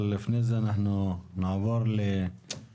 אבל לפני זה אנחנו נעבור לעידן